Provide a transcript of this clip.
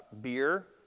beer